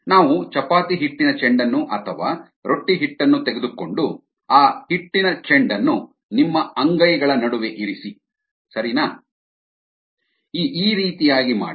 ನಾವು ಚಪಾತಿ ಹಿಟ್ಟಿನ ಚೆಂಡನ್ನು ಅಥವಾ ರೊಟ್ಟಿ ಹಿಟ್ಟನ್ನು ತೆಗೆದುಕೊಂಡು ಆ ಹಿಟ್ಟಿನ ಚೆಂಡನ್ನು ನಿಮ್ಮ ಅಂಗೈಗಳ ನಡುವೆ ಇರಿಸಿ ಸರಿ ನಾ ಈ ಈ ರೀತಿಯಾಗಿ ಮಾಡಿ